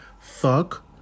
Fuck